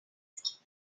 fresques